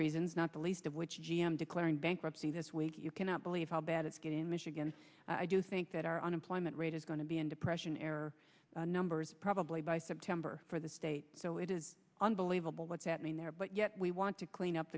reasons not the least of which is g m declaring bankruptcy this week you cannot believe how bad it's good in michigan i do think that our unemployment rate is going to be in depression error numbers probably by september for the state so it is unbelievable what that means there but yet we want to clean up